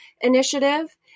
initiative